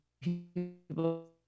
people